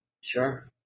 Sure